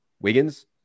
Wiggins